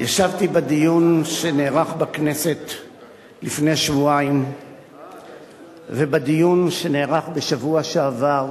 ישבתי בדיון שנערך בכנסת לפני שבועיים ובדיון שנערך בשבוע שעבר,